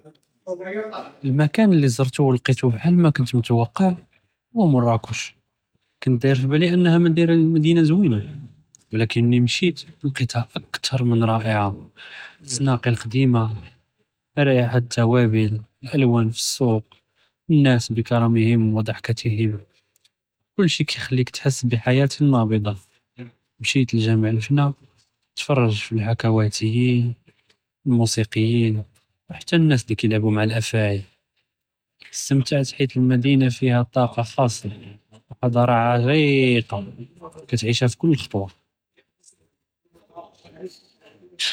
אלמכאן ללי זרתו ולגיתו כימא כנת נתוקע, הוא מראכּש, כנת דאיר פי באלי אינהא מדינה זווינה ולאכּני משית לגיתהא אכתר מן ראיעה, א־לזנאקי אלקדימה, ראיחה א־לתוואבל, אלאלואן פי א־לסוק, א־לנאס בכּרהם ודהכתהם, כל שי כיכּלִיכ תחס בחיאת נאבע'ה, משית אלג'מאל א־לפנא, תפרג'ת פחכּואתיה, אלמוסיקין, חתה א־לנאס ללי כאילעבו מע אלאפאעי, הסתמתעת בחיאת אלמדינה בהא טאקה ח'אסה, אוא חאצרה עריקה, כעתעישהא פי כל חטוה.